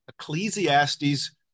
Ecclesiastes